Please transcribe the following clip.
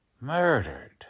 murdered